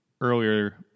earlier